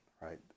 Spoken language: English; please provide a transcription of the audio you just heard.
right